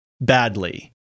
badly